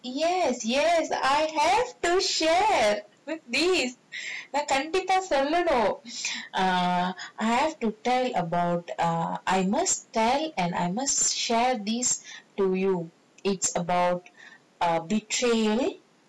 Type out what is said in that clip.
yes yes I have to share with this நான் கண்டிப்பா சொல்லணும்:naan kandippaa sollanum err I have to tell you about err I must tell and I must share this to you it's about a betray